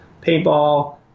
paintball